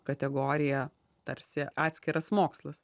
kategorija tarsi atskiras mokslas